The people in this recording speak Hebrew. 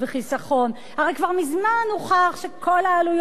הרי כבר מזמן הוכח שכל העלויות של ההעסקה